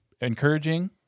encouraging